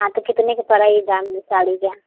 आ तो कितने का पड़ा एक दाम साड़ी का